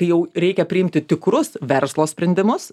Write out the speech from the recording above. jau reikia priimti tikrus verslo sprendimus